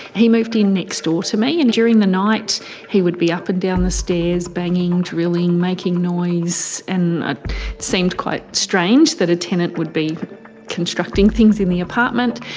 he moved next door to me and during the night he would be up and down the stairs banging drilling making noise and ah seemed quite strange that a tenant would be constructing things in the apartment.